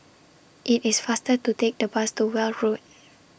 IT IS faster to Take The Bus to Weld Road